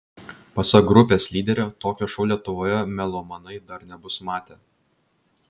pasak grupės lyderio tokio šou lietuvoje melomanai dar nebus matę